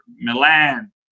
Milan